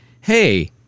hey